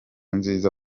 nziza